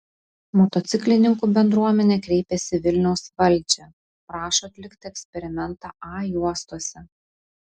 motociklininkų bendruomenė kreipėsi į vilniaus valdžią prašo atlikti eksperimentą a juostose